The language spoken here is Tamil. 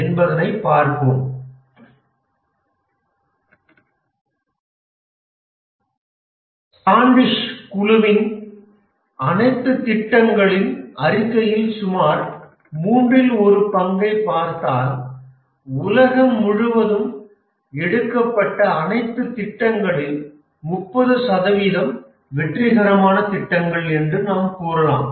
என்பதனை பார்ப்போம் ஸ்டாண்டிஷ் குழுவின் அனைத்து திட்டங்களின் அறிக்கையில் சுமார் மூன்றில் ஒரு பங்கைப் பார்த்தால் உலகம் முழுவதும் எடுக்கப்பட்ட அனைத்து திட்டங்களில் 30 சதவிகிதம் வெற்றிகரமான திட்டங்கள் என்று நாம் கூறலாம்